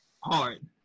hard